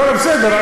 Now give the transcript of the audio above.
לא, בסדר.